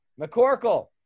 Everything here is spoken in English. McCorkle